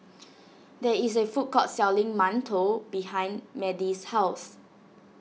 there is a food court selling Mantou behind Madie's house